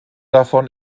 davon